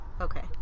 Okay